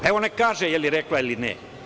Evo, neka kaže da li je rekla ili ne?